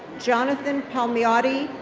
jonathon palmiotti,